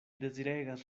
deziregas